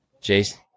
Jason